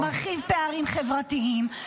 -- מרחיב פערים חברתיים,